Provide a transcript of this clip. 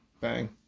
Bang